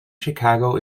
chicago